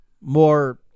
more